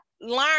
learn